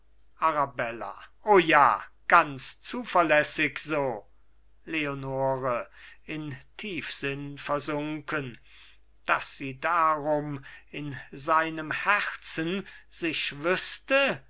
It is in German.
arabella o ja ganz zuverlässig so leonore in tiefsinn versunken daß sie darum in seinem herzen sich wüßte